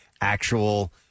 actual